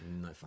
No